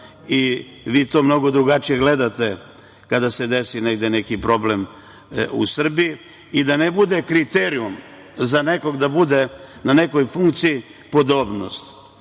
i vi to mnogo drugačije gledate kada se desi negde neki problem u Srbiji. I da ne bude kriterijum za nekog da bude na nekoj funkciji podobnost,